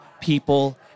people